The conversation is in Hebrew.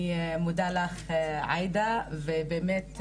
אני מודה לך עאידה ובאמת,